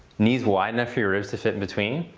knees wide enough for your ribs to fit in between.